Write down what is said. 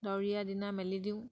ডাৱৰীয়া দিনা মেলি দিওঁ